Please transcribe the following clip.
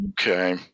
Okay